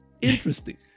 interesting